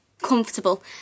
comfortable